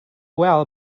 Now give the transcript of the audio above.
well